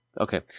Okay